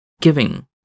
giving